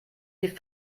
die